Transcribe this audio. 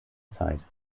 zeit